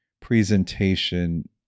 presentation